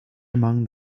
among